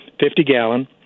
50-gallon